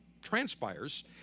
transpires